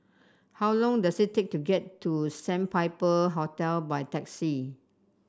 how long does it take to get to Sandpiper Hotel by taxi